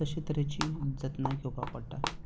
तशे तरेची जतनाय घेवपा पडटा